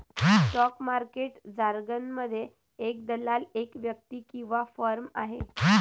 stock market जारगनमध्ये, एक दलाल एक व्यक्ती किंवा फर्म आहे